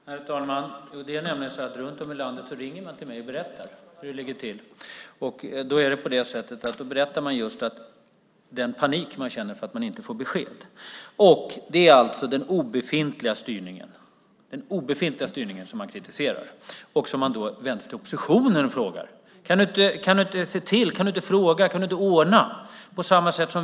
Herr talman! Det är nämligen så att man runt om i landet ringer till mig och berättar hur det ligger till. Man berättar just att man känner panik för att man inte får besked. Det är alltså den obefintliga styrningen som man kritiserar, och man vänder sig till oppositionen och frågar: Kan du inte se till? Kan du inte fråga? Kan du inte ordna detta?